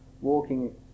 walking